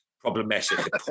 Problematic